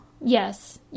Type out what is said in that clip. yes